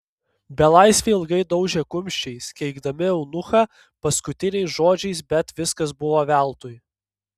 belaisviai ilgai daužė kumščiais keikdami eunuchą paskutiniais žodžiais bet viskas buvo veltui